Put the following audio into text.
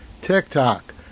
TikTok